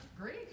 Great